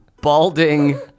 balding